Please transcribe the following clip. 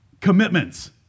commitments